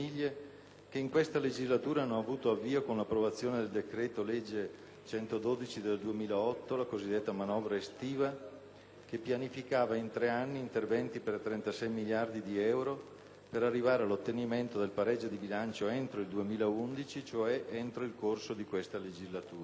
che in questa legislatura hanno avuto avvio con l'approvazione del decreto-legge n. 112 del 2008, la cosiddetta manovra estiva, che pianificava in tre anni interventi per 36 miliardi di euro, per arrivare all'ottenimento del pareggio di bilancio entro il 2011, cioè entro il corso di questa legislatura,